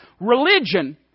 Religion